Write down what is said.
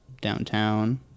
downtown